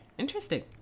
interesting